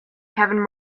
kevin